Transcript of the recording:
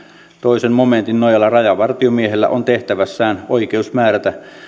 toisen momentin nojalla rajavartiomiehellä on tehtävässään oikeus määrätä